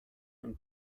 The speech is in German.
und